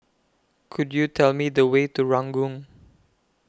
Could YOU Tell Me The Way to Ranggung